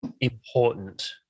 important